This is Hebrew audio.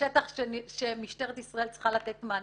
בשטח שמשטרת ישראל צריכה לתת מענה.